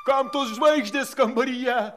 kam tos žvaigždės kambaryje